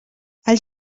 els